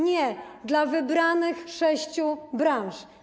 Nie, dla wybranych sześciu branż.